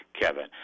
Kevin